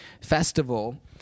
festival